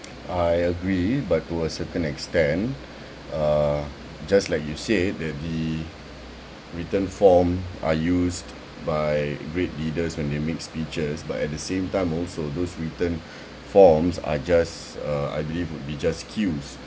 I agree but to a certain extent uh just like you said that the written form are used by great leaders when they make speeches but at the same time also those written forms are just uh I believe would be just cues